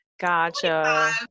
Gotcha